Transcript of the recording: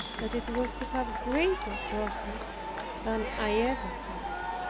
that it was to have greater crosses than i ever had.